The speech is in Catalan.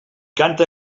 canta